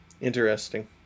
interesting